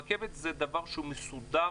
רכבת זה דבר שהוא מסודר,